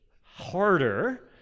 harder